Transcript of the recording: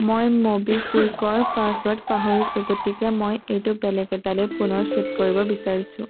মই ম'বিকুইকৰ পাছৱৰ্ড পাহৰিছো গতিকে মই এইটো বেলেগ এটালৈ পুনৰ ছেট কৰিব বিচাৰিছোঁ